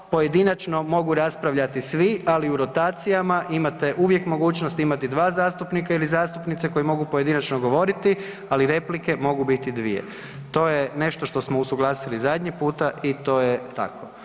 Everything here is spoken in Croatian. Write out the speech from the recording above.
Pojedinačno mogu raspravljati svi, ali u rotacijama imate uvijek mogućnost imati 2 zastupnika ili zastupnice koji mogu pojedinačno govoriti, ali replike mogu biti 2. To je nešto što smo usuglasili zadnji puta i to je tako.